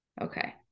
Okay